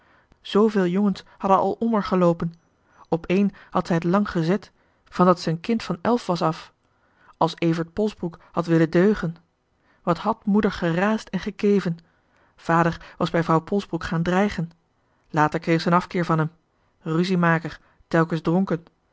zoovéél jongens hadden al om er geloopen op één had zij het lang gezet van dat z een kind van elf was af als evert polsbroek had willen deugen wat had moeder geraasd en gekeven vader was bij vrouw polsbroek gaan dreigen later kreeg z en afkeer van em ruziemaker telke's dronken